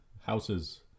houses